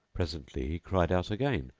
presently he cried out again,